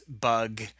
bug